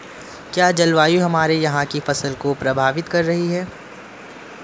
क्या जलवायु हमारे यहाँ की फसल को प्रभावित कर रही है?